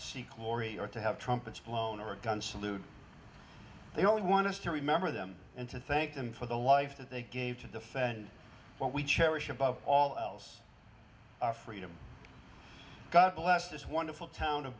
seek lori or to have trumpets blown or a gun salute they only want us to remember them and to thank them for the life that they gave to defend what we cherish above all else our freedom god bless this wonderful town of